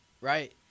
Right